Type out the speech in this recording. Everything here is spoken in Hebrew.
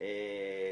האמת היא שהופתעתי,